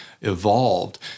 evolved